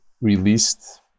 released